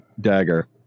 dagger